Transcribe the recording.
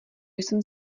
jsem